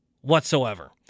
whatsoever